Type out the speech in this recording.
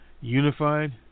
unified